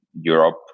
Europe